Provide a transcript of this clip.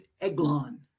Eglon